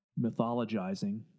mythologizing